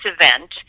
event